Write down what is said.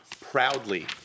Proudly